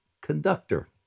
conductor